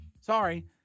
Sorry